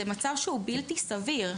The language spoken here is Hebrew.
זה מצב שהוא בלתי סביר.